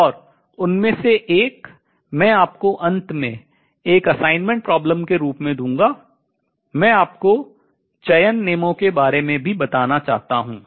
और उनमें से एक मैं आपको अंत में एक assignment problem सत्रीय कार्य के रूप में दूंगा मैं आपको चयन नियमों के बारे में भी बताना चाहता हूँ